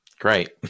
Great